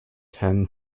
ten